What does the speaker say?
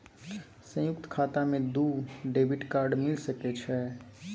संयुक्त खाता मे दू डेबिट कार्ड मिल सके छै?